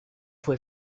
fue